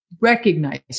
recognize